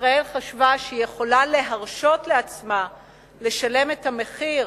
ישראל חשבה שהיא יכולה להרשות לעצמה לשלם את המחיר